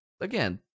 again